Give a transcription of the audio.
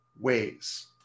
ways